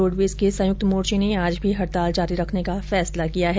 roadways के संयुक्त मोर्चे ने आज भी हडताल जारी रखने का फैसला किया है